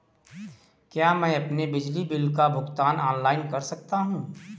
क्या मैं अपने बिजली बिल का भुगतान ऑनलाइन कर सकता हूँ?